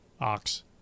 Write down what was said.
ox